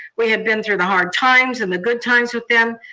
we have been through the hard times and the good times with them.